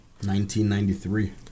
1993